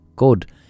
good